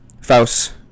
Faust